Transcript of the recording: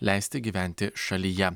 leisti gyventi šalyje